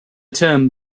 term